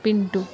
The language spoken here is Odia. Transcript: ପିଣ୍ଟୁ